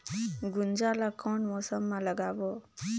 गुनजा ला कोन मौसम मा लगाबो?